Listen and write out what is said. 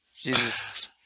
Jesus